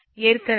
ஏற்கனவே